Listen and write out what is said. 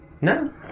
no